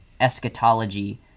eschatology